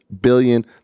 billion